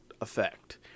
effect